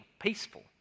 peaceful